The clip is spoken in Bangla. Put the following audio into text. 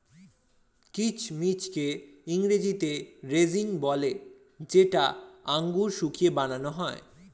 কিচমিচকে ইংরেজিতে রেজিন বলে যেটা আঙুর শুকিয়ে বানান হয়